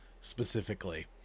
specifically